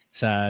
sa